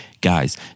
Guys